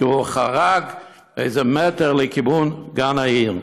כי הוא חרג באיזה מטר לכיוון גן העיר.